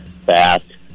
Fast